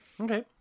Okay